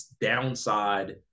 downside